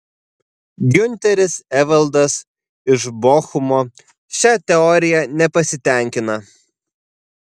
giunteris evaldas iš bochumo šia teorija nepasitenkina